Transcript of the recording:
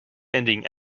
ending